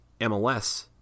MLS